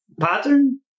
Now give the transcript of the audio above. pattern